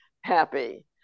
happy